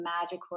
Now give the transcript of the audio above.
magical